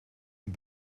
een